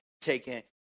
taken